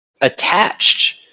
attached